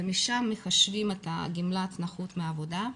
ומשם מחשבים את גמלת הנכות מהעבודה.